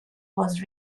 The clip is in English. was